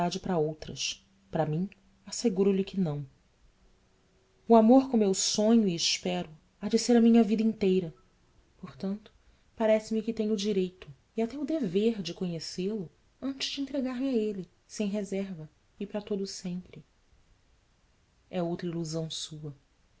para outras para mim asseguro lhe que não o amor como eu sonho e espero há de ser a minha vida inteira portanto parece-me que tenho o direito e até o dever de conhecê-lo antes de entregar me a ele sem reserva e para todo o sempre é outra ilusão sua